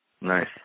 Nice